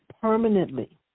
permanently